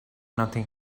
nothing